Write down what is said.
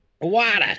Water